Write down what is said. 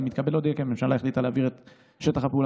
אני מתכבד להודיע כי הממשלה החליטה להעביר את שטח הפעולה